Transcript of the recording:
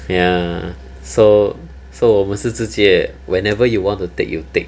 ya so so 我们是直接 whenever you want to take you take